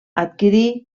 adquirir